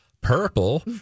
purple